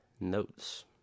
notes